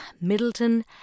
Middleton